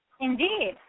Indeed